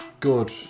Good